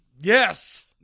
Yes